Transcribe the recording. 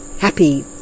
happy